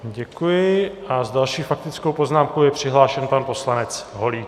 Děkuji a s další faktickou poznámkou je přihlášen pan poslanec Holík.